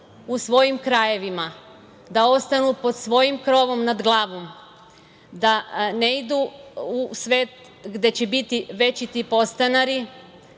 u svojim krajevima, da ostanu pod svojim krovom nad glavom, da ne idu u svet gde će biti večiti podstanari,